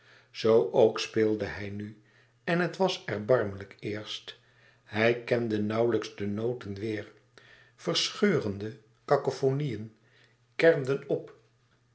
zoo ook speelde hij nu en het was erbarmelijk eerst hij kende nauwlijks de noten weêr verscheurende cacofoniën kermden op